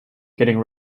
getting